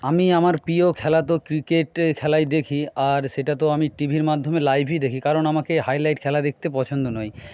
আমি আমার প্রিয় খেলা তো ক্রিকেটে খেলাই দেখি আর সেটা তো আমি টিভির মাধ্যমে লাইভই দেখি কারণ আমাকে হাইলাইট খেলা দেখতে পছন্দ নয়